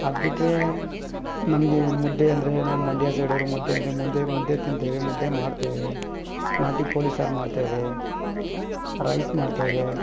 ಅದು ಬಿಟ್ಟರೆ ನಮಗೆ ಮುದ್ದೆ ಅಂದರೆ ನಾವು ಮಂಡ್ಯ ಸೈಡವರು ಮುದ್ದೆ ಅಂದರೆ ಮುದ್ದೆ ಮುದ್ದೆ ತಿಂತೇವೆ ಮುದ್ದೆ ಮಾಡುತ್ತೇವೆ ನಾಟಿ ಕೋಳಿ ಸಾರು ಮಾಡುತ್ತೇವೆ ರೈಸ್ ಮಾಡುತ್ತೇವೆ